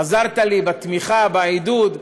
עזרת לי בתמיכה, בעידוד.